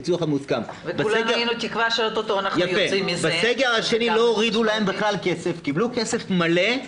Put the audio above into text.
בסגר השני לא הורידו להם בכלל כסף קיבלו כסף מלא,